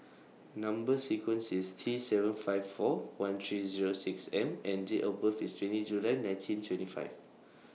Number sequence IS T seven five four one three Zero six M and Date of birth IS twenty July nineteen twenty five